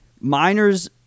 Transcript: miners